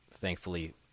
thankfully